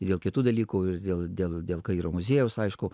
ir dėl kitų dalykų ir dėl dėl dėl kairo muziejaus aišku